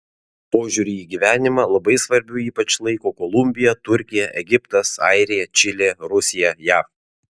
požiūrį į gyvenimą labai svarbiu ypač laiko kolumbija turkija egiptas airija čilė rusija jav